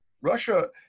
Russia